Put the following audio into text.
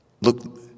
Look